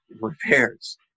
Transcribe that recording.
repairs